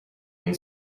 این